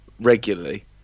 regularly